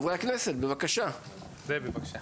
דבי, בבקשה.